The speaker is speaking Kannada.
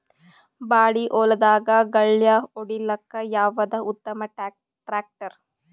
ಬಾಳಿ ಹೊಲದಾಗ ಗಳ್ಯಾ ಹೊಡಿಲಾಕ್ಕ ಯಾವದ ಉತ್ತಮ ಟ್ಯಾಕ್ಟರ್?